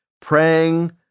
praying